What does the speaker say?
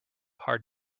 hard